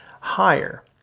higher